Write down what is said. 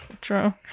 true